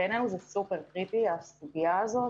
בעינינו, הסוגיה הזאת היא סופר קריטית.